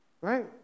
Right